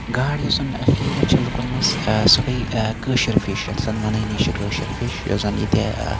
گاڈ یۄس زَن فیورِٹ چھِ لُکَن مَنٛز سۄ گٔے کٲشِر فِش یتھ زَن وَنٲنی چھِ کٲشِر فِش یۄس زَن ییٚتہِ